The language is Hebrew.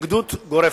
התנגדות גורפת.